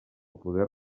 poder